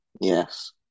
Yes